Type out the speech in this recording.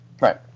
Right